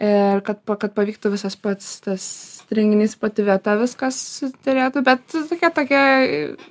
ir kad pa kad pavyktų visas pats tas renginys pati vieta viskas derėtų bet tokie tokie